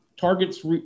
targets